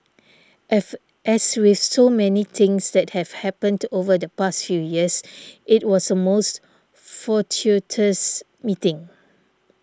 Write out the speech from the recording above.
as as with so many things that have happened over the past few years it was a most fortuitous meeting